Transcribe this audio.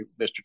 Mr